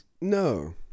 No